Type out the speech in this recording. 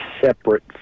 separate